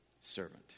Servant